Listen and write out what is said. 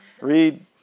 read